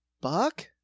Buck